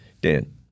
Dan